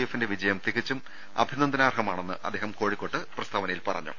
എഫിന്റെ വിജയം തികച്ചും അഭിനന്ദനാർഹമാണെന്ന് അദ്ദേഹം കോഴിക്കോട്ട് പ്രസ്താവനയിൽ പറഞ്ഞു